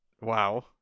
Wow